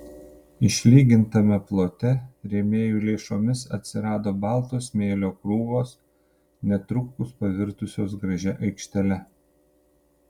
išlygintame plote rėmėjų lėšomis atsirado balto smėlio krūvos netrukus pavirtusios gražia aikštele